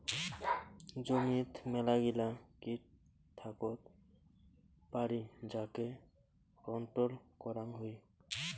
জমিত মেলাগিলা কিট থাকত পারি যাকে কন্ট্রোল করাং হই